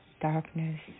Darkness